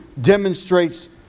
demonstrates